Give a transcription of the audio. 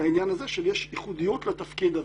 שיש ייחודיות לתפקיד הזה.